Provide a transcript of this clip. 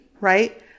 right